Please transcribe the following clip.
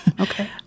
Okay